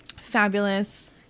fabulous